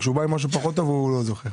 כשהוא בא עם משהו פחות טוב, הוא לא זוכר.